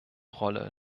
rolle